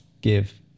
give